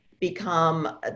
become